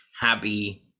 happy